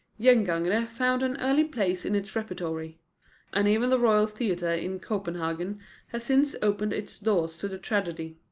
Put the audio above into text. gengangere found an early place in its repertory and even the royal theatre in copenhagen has since opened its doors to the tragedy.